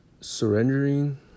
surrendering